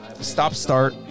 stop-start